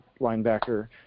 linebacker